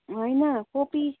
होइन कोपी